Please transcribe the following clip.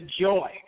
joy